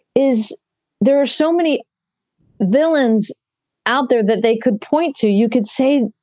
is there are so many villains out there that they could point to. you could say,